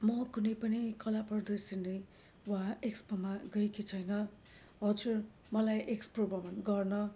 म कुनै पनि कला प्रदर्शनी वा एक्स्पोमा गएकी छैन हजुर मलाई एक्स्पो भ्रमण गर्न